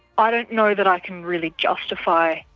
ah don't know that i can really justify,